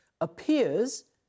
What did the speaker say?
appears